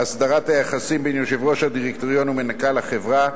הסדרת היחסים בין יושב-ראש הדירקטוריון ומנכ"ל החברה,